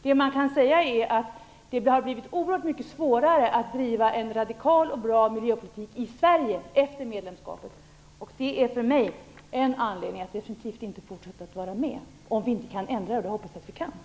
Det har blivit oerhört mycket svårare att driva en radikal och bra miljöpolitik i Sverige efter det att vi blev medlemmar. Om vi inte kan ändra det - men det hoppas jag att vi kan - är det en anledning för mig att definitivt inte fortsätta att vara med.